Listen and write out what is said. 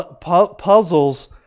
puzzles